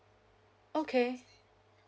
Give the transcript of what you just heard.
okay